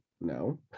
no